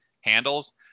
handles